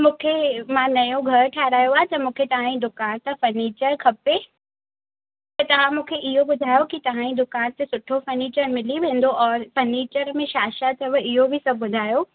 मूंखे मां नयो घर ठाहिरायो आहे त मूंखे तव्हांजी दुकान सां फर्निचर खपे त तव्हां मूंखे इहो ॿुधायो कि तव्हांजी दुकान ते सुठो फर्निचर मिली वेंदो और फर्निचर में छा छा अथव इहो बि सभु ॿुधायो